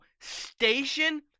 station